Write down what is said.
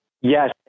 Yes